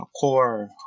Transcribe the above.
core